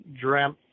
dreamt